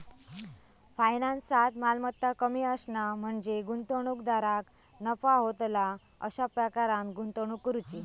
फायनान्सात, मालमत्ता कमी असणा म्हणजे गुंतवणूकदाराक नफा होतला अशा प्रकारान गुंतवणूक करुची